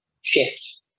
shift